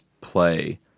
play